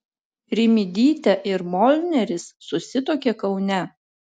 rimydytė ir molneris susituokė kaune